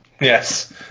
Yes